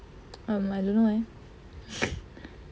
um I don't know eh